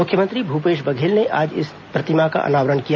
मुख्यमंत्री भूपेश बघेल ने आज इस प्रतिमा का अनावरण किया